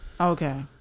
Okay